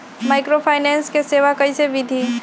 Microfinance के सेवा कइसे विधि?